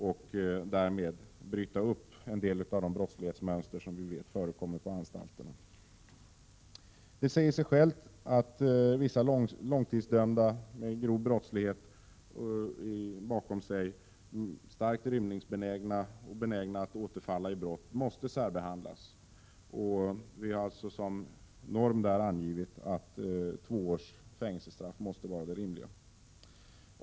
Därmed kan man bryta en del av de brottsmönster som vi vet förekommer på anstalterna. Det säger sig självt att vissa långtidsdömda, som har grov brottslighet bakom sig och som är starkt rymningsbenägna eller benägna att återfalla i brott, måste särbehandlas. Vi har som norm i det avseendet angivit att det måste vara rimligt med tvååriga fängelsestraff.